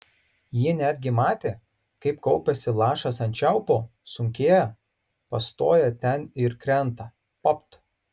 ji netgi matė kaip kaupiasi lašas ant čiaupo sunkėja pastoja ten ir krenta papt